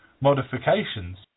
modifications